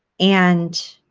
and